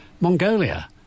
Mongolia